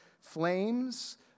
flames